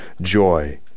joy